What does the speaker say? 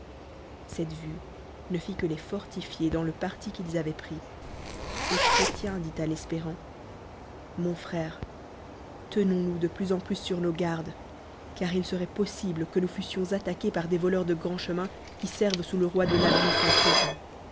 cette vue ne fit que les fortifier dans le parti qu'ils avoimt pris et chrétien dit à l'espérant mon f ère tcnons oous de plus e plus su nos gar des car il se oit possible fiq runoste d'un a poslot que nous fussions attaqués par des voleurs de graindchemin qui servent sous le roi de labime sans fond